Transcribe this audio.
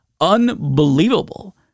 Unbelievable